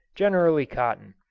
generally cotton.